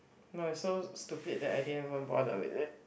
no it's so stupid that I didn't even bother with it